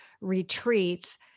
retreats